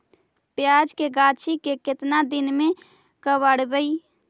प्याज के गाछि के केतना दिन में कबाड़बै?